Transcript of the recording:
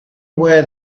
where